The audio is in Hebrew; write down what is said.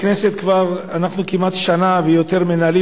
בכנסת אנחנו כמעט שנה ויותר מנהלים